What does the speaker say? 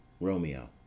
ROMEO